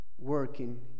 working